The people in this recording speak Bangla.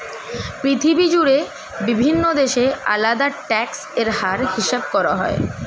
পৃথিবী জুড়ে বিভিন্ন দেশে আলাদা ট্যাক্স এর হার হিসাব করা হয়